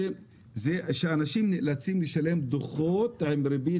שאנשים נאלצים לשלם דוחות עם ריבית